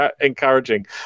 encouraging